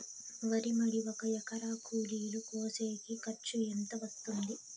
వరి మడి ఒక ఎకరా కూలీలు కోసేకి ఖర్చు ఎంత వస్తుంది?